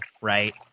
right